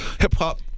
hip-hop